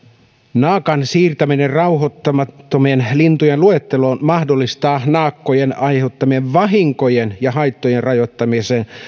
naakan siirtäminen rauhoittamattomien lintujen luetteloon mahdollistaa naakkojen aiheuttamien vahinkojen ja haittojen rajoittamisen